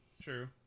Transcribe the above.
True